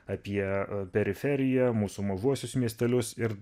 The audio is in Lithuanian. apie periferiją mūsų mažuosius miestelius ir